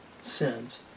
sins